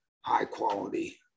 high-quality